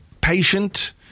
patient